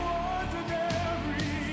ordinary